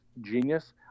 genius